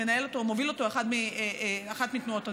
מובילה אותו אחת מתנועות הנוער.